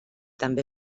també